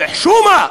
"חשומה",